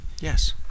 Yes